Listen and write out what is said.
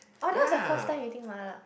oh that was your first time eating mala